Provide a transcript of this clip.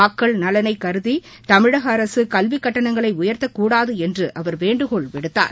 மக்கள் நலனைக் கருதி தமிழக அரசு கல்வி கட்டணங்களை உயர்த்தக் கூடாது என்று அவர் வேண்டுகோள் விடுத்தார்